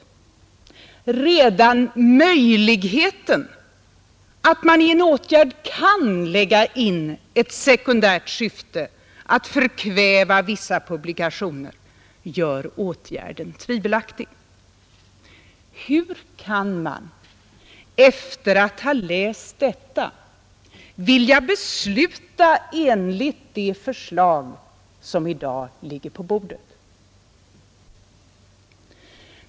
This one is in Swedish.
Redan möjligheten att man i en åtgärd kan lägga in ett sekundärt syfte att förkväva vissa publikationer gör åtgärden tvivelaktig. Hur kan man efter att ha läst detta vilja besluta i enlighet med det förslag som i dag ligger på bordet?